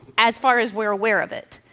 as far as we're aware of it.